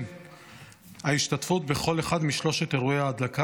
ההשתתפות בכל אחד משלושת אירועי ההדלקה.